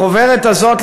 החוברת הזאת,